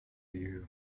you